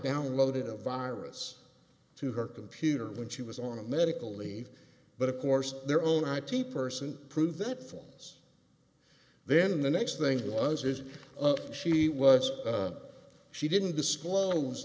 downloaded a virus to her computer when she was on a medical leave but of course their own ip person proved that falls then the next thing was is she was she didn't disclose